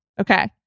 Okay